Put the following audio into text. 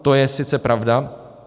To je sice pravda.